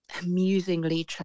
amusingly